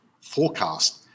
forecast